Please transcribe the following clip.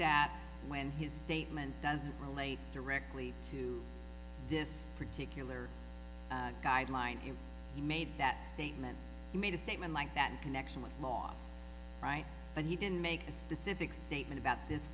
that when his statement doesn't relate directly to this particular guideline if he made that statement he made a statement like that in connection with laws right and he didn't make a specific statement about this